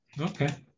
Okay